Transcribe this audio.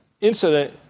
incident